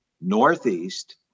Northeast